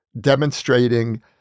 demonstrating